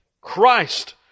Christ